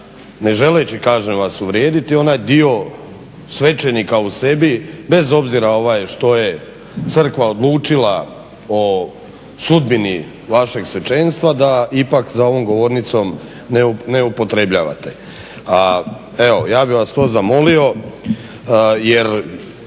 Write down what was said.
ne želeći, kažem vas uvrijediti, onaj dio svećenika u sebi bez obzira što je crkva odlučila o sudbini vašeg svećenstva, da ipak za ovom govornicom ne upotrebljavate. A evo, ja bi vas to zamolio jer